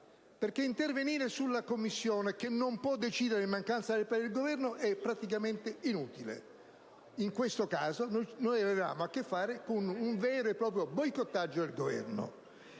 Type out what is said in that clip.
intervenire sulla Commissione, che non può decidere in mancanza del parere del Governo, è praticamente inutile. In questo caso, abbiamo avuto a che fare con un vero e proprio boicottaggio del Governo.